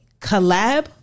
collab